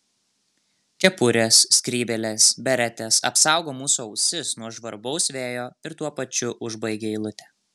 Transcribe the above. kepurės skrybėlės beretės apsaugo mūsų ausis nuo žvarbaus vėjo ir tuo pačiu užbaigia eilutę